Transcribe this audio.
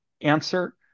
answer